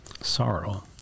sorrow